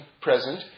present